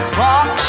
box